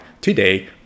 today